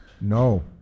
No